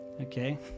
okay